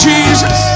Jesus